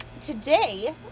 today